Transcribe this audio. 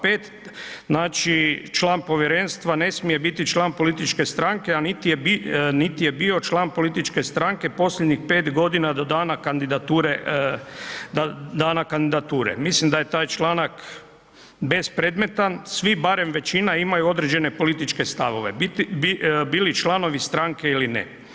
5., znači, član povjerenstva ne smije biti član političke stranke, a niti je bio član političke stranke posljednjih 5.g. do dana kandidature, mislim da je taj članak bespredmetan, svi, barem većina imaju određene političke stavove, bili članovi stranke ili ne.